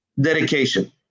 Dedication